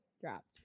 dropped